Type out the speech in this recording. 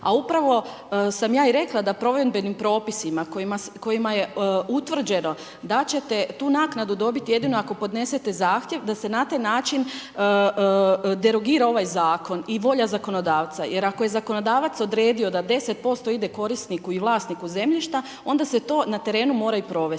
A upravo sam ja i rekla da provedbenim propisima kojima je utvrđeno da ćete tu naknadu dobiti jedino ako podnesete zahtjev, da se na taj način derogira ovaj Zakon i volja zakonodavca. Jer ako je zakonodavac odredio da 10% ide korisniku i vlasniku zemljišta onda se to na terenu mora i provesti.